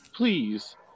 Please